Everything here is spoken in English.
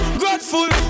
grateful